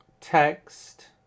text